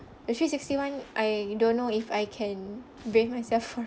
the three sixty [one] I don't know if I can bring myself for